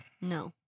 No